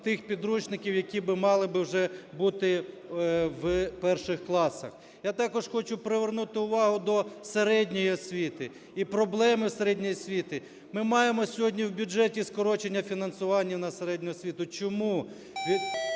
тих підручників, які мали б вже бути в перших класах". Я також хочу привернути увагу до середньої освіти і проблем середньої освіти. Ми маємо сьогодні в бюджеті скорочення фінансування на освіту. Чому?